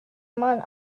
among